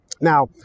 Now